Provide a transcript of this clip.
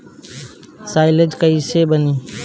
Silage कईसे बनी?